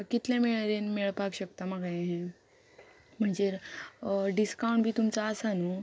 कितले मेळरेन मेळपाक शकता म्हाका हें हें म्हणजे डिस्कावंट बी तुमचो आसा न्हू